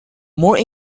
more